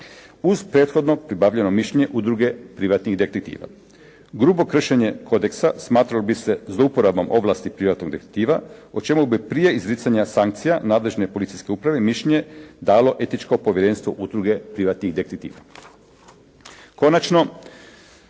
uz prethodno pribavljeno mišljenje Udruge privatnih detektiva. Grubo kršenje kodeksa smatralo bi se zlouporabom ovlasti privatnog detektiva, o čemu bi prije izricanja sankcija nadležne policijske uprave mišljenje dalo Etičko povjerenstvo Udruge privatnih detektiva. Konačno,